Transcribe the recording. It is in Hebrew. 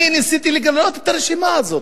ניסיתי לגלות את הרשימה הזאת,